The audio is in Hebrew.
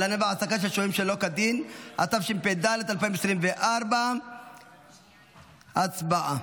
הלנה והעסקה של שוהים שלא כדין) התשפ"ד 2024. הצבעה.